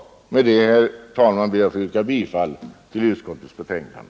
Med det, herr talman, ber jag att få yrka bifall till utskottets hemställan.